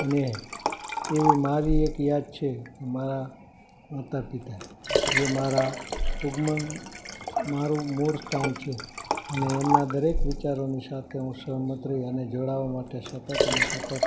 અને એવી મારી એક યાદ છે એમાં મારા માતાપિતા જે મારા ઉગ્મન મારું મૂળ સ્થાન છે અને એમના દરેક વિચારોની સાથે હું સહમત રહી અને જોડાવા માટે સતત અને સતત